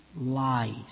lies